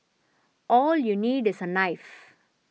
all you need is a knife